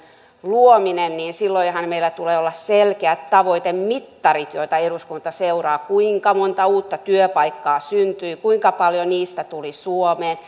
luominen niin silloinhan meillä tulee olla selkeät tavoitemittarit joita eduskunta seuraa kuinka monta uutta työpaikkaa syntyi kuinka paljon niistä tuli suomeen